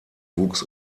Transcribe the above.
wuchs